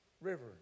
river